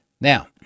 Now